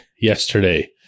yesterday